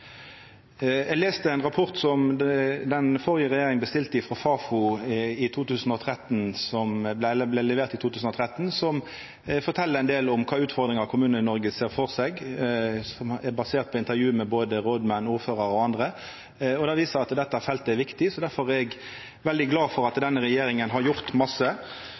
Eg las ein rapport som den førre regjeringa bestilte frå Fafo, som blei levert i 2013, og som fortel ein del om kva utfordringar Kommune-Noreg ser for seg, basert på intervju med både rådmenn, ordførarar og andre. Det viser seg at dette feltet er viktig, så difor er eg veldig glad for at denne regjeringa har gjort masse.